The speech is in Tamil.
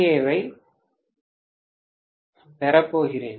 ஏவைப் பெறப்போகிறேன்